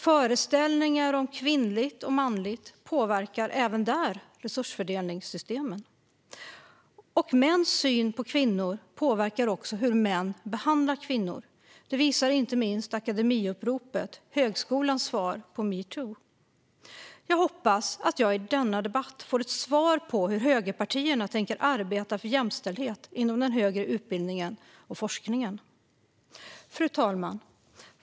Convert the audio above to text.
Föreställningar om kvinnligt och manligt påverkar även där resursfördelningssystemen. Mäns syn på kvinnor påverkar hur män behandlar kvinnor. Det visar inte minst akademiuppropet, högskolans svar på metoo. Jag hoppas att jag i denna debatt får ett svar på hur högerpartierna tänker arbeta för jämställdhet inom den högre utbildningen och forskningen. Fru talman!